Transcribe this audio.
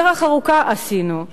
דרך ארוכה עשינו,